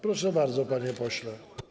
Proszę bardzo, panie pośle.